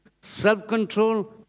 self-control